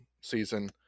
season